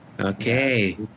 okay